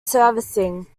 servicing